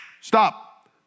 stop